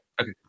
Okay